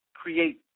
create